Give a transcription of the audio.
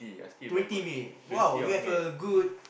twenty May !wow! you have a good